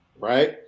right